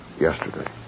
yesterday